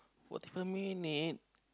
forty five minute